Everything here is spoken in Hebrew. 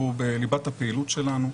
הוא בליבת הפעילות שלנו.